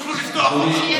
תחלואה